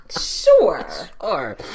Sure